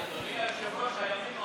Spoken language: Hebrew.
אדוני היושב-ראש, הימין,